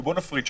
בוא נפריד.